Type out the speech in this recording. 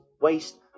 waste